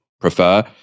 prefer